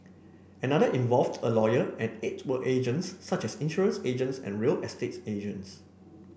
another involved a lawyer and eight were agents such as insurance agents and real estate agents